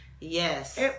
Yes